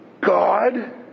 God